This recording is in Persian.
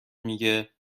میگه